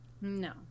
No